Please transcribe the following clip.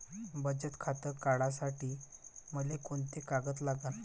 बचत खातं काढासाठी मले कोंते कागद लागन?